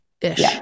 ish